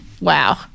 wow